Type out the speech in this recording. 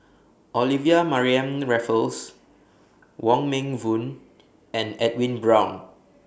Olivia Mariamne Raffles Wong Meng Voon and Edwin Brown